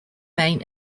main